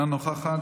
אינה נוכחת,